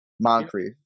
Moncrief